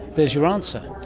there's your answer.